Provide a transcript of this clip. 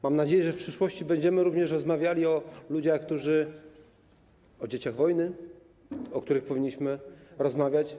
Mam nadzieję, że w przyszłości będziemy również rozmawiali o ludziach, o dzieciach wojny, o których powinniśmy rozmawiać.